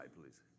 please